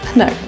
no